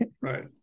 right